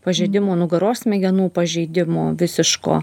pažeidimo nugaros smegenų pažeidimo visiško